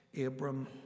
Abram